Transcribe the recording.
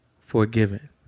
forgiven